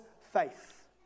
faith